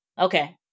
okay